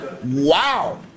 Wow